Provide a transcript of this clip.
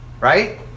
Right